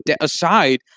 aside